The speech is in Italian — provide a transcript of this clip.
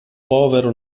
povero